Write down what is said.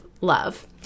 love